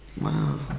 Wow